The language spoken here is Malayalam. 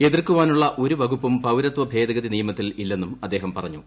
എതിർക്കാനുള്ള ഒരു വകുപ്പും പൌരത്വ ഭേദഗതി നിയമത്തിൽ ഇല്ലെന്നും അദ്ദേഹം പറഞ്ഞു